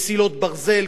מסילות ברזל,